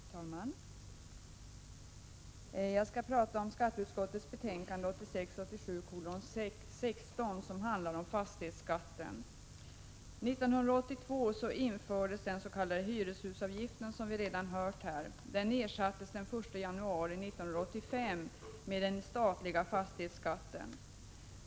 Fru talman! Jag skall prata om skatteutskottets betänkande 1986/87:16, som handlar om fastighetsskatten. År 1982 infördes, som vi redan hört, den s.k. hyreshusavgiften. Denna ersattes den 1 januari 1985 med den statliga fastighetsskatten.